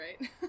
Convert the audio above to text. right